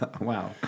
Wow